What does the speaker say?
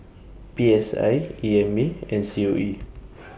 P S I E M A and C O E